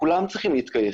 כולם צריכים להתגייס.